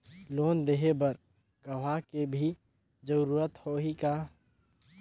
Loan लेहे बर गवाह के भी जरूरत होही का?